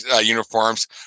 uniforms